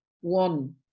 one